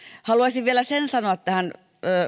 haluaisin vielä sen sanoa tähän